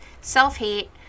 self-hate